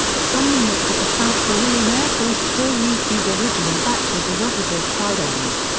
some units of the south korean air force still use these original batches as officers' sidearms.